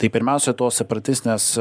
tai pirmiausia tos separatistinės